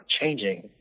changing